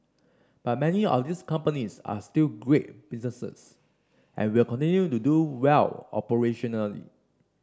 but many of these companies are still great businesses and will continue to do well operationally